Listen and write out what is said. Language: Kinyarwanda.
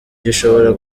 gishobora